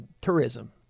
tourism